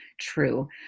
true